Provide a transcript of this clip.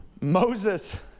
Moses